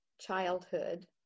childhood